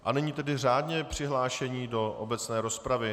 A nyní tedy řádně přihlášení do obecné rozpravy.